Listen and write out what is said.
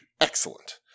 Excellent